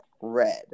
red